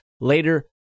later